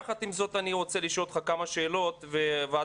יחד עם זאת אני רוצה לשאול אותך כמה שאלות וועדת